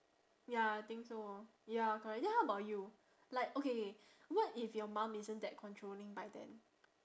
ya I think so ya correct then how about you like okay what if your mum isn't that controlling by then